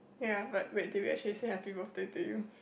ya but wait did we actually say happy birthday to you